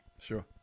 Sure